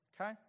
Okay